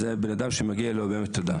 זה אדם שמגיעה לו באמת תודה.